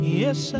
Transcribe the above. yes